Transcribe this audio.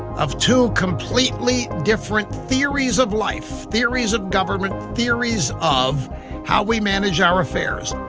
of two completely different theories of life, theories of government, theories of how we manage our affairs.